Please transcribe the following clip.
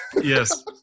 yes